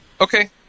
Okay